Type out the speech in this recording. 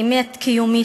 מאמת קיומית,